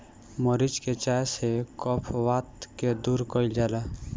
मरीच के चाय से कफ वात के दूर कइल जाला